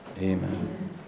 Amen